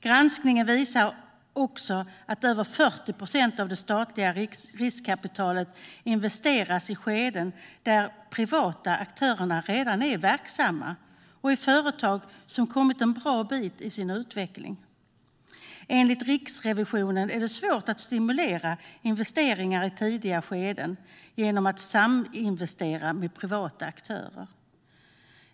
Granskningen visar också att över 40 procent av det statliga riskkapitalet investeras i skeden där de privata aktörerna redan är verksamma och i företag som har kommit en bra bit i sin utveckling. Enligt Riksrevisionen är det svårt att stimulera investeringar i tidiga skeden genom att saminvestera med privata aktörer.